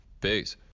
Peace